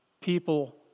People